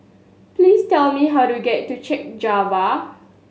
please tell me how to get to Chek Jawa